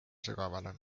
sügavale